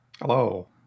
Hello